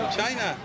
China